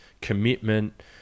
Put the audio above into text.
commitment